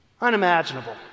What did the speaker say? Unimaginable